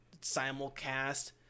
simulcast